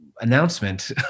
announcement